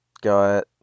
got